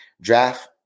draft